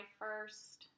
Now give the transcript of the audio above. first